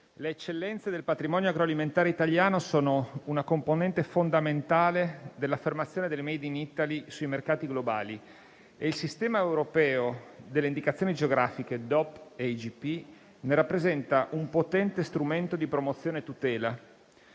le eccellenze del patrimonio agroalimentare italiano sono una componente fondamentale dell'affermazione del *made in Italy* sui mercati globali, e il sistema europeo delle indicazioni geografiche DOP e IGP ne rappresenta un potente strumento di promozione e tutela.